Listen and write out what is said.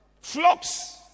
Flocks